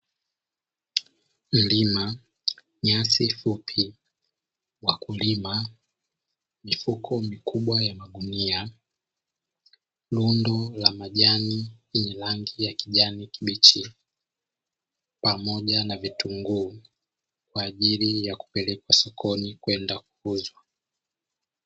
Milima, nyasi fupi, wakulima, mifuko mikubwa ya magunia, rundo la majani yenye rangi ya kijani kibichi, pamoja na vitunguu kwa ajili ya kupelekwa sokoni kwenda kuuzwa.